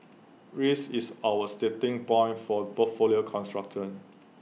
risk is our starting point for portfolio construction